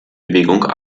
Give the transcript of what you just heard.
bewegung